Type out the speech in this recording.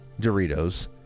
Doritos